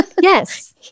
Yes